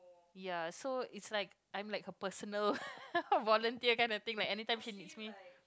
ya so it's like I'm like her personal volunteer kind of thing like anytime she needs me